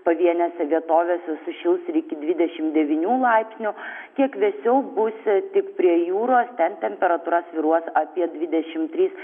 pavienėse vietovėse sušils ir iki dvidešim devynių laipsnių kiek vėsiau bus tik prie jūros ten temperatūra svyruos apie dvidešim tris